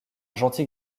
gentil